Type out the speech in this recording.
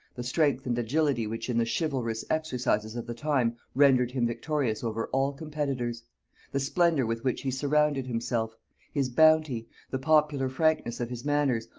the strength and agility which in the chivalrous exercises of the time rendered him victorious over all competitors the splendor with which he surrounded himself his bounty the popular frankness of his manners,